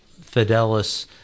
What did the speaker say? fidelis